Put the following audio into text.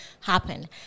happen